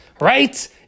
right